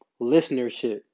listenership